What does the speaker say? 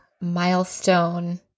milestone